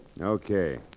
Okay